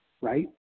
right